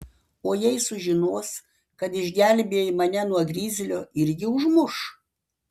o jei sužinos kad išgelbėjai mane nuo grizlio irgi užmuš